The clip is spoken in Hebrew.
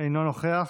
אינו נוכח,